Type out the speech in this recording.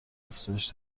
افزایش